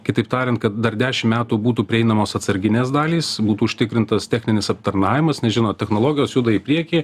kitaip tariant kad dar dešim metų būtų prieinamos atsarginės dalys būtų užtikrintas techninis aptarnavimas nes žinot technologijos juda į priekį